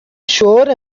شعار